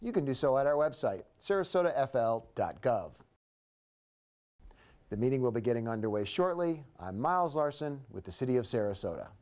you can do so at our website serve so to f l dot gov the meeting will be getting underway shortly miles arson with the city of sarasota